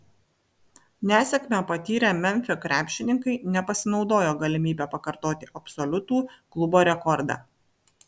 nesėkmę patyrę memfio krepšininkai nepasinaudojo galimybe pakartoti absoliutų klubo rekordą